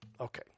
okay